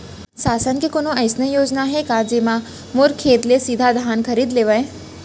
शासन के कोनो अइसे योजना हे का, जेमा मोर खेत ले सीधा धान खरीद लेवय?